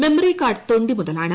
memory card തൊണ്ടിമുതലാണ്